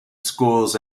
schools